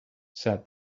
said